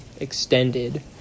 extended